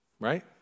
Right